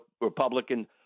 Republican